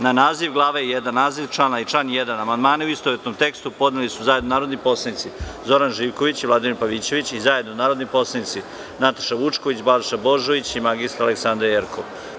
Na naziv glave 1. naziv članai član 1. amandmane u istovetnom tekstu podneli su zajedno narodni poslanici Zoran Živković, Vladimir Pavićević i zajedno narodni poslanici Nataša Vučković, Balša Božović i mr Aleksandra Jerkov.